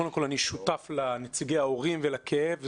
אני שותף לנציגי ההורים ולכאב.